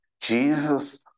Jesus